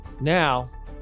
Now